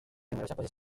posesiones